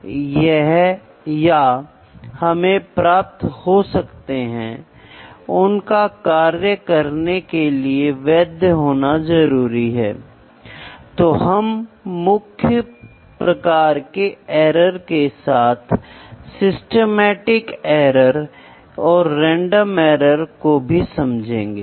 इसलिए यहां पर हम खुद साधारण तकनीकीयो को आच्छादित करने की कोशिश करेंगे और जो विज्ञान यहां पर सम्मिलित है और उसके बाद कोर्स के अंत में हम कुछ नॉन कांटेक्ट मेजरमेंट को देखने की भी कोशिश करेंगे